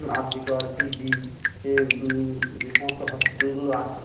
আর G Kar PG এ যে সমস্ত হসপিটালগুলো আছে